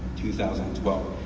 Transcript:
two thousand and twelve,